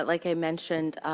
like i mentioned,